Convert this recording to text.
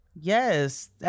yes